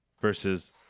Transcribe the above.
Versus